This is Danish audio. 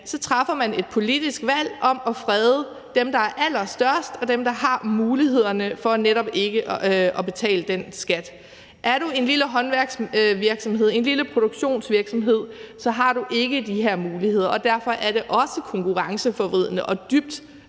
træffer man et politisk valg om at frede dem, der er allerstørst, og dem, der netop har mulighederne for ikke at betale den skat. Er du en lille håndværksvirksomhed, en lille produktionsvirksomhed, har du ikke de her muligheder, og derfor er det også konkurrenceforvridende og dybt